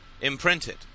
imprinted